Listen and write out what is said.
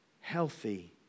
healthy